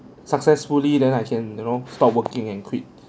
successfully then I can you know stop working and quit